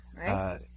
right